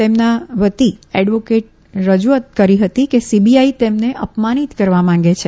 તેમના વતી એડવોકેટે રજૂઆત કરી કે સીબીઆઇ તેમને અપમાનીત કરવા માંગે છે